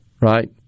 Right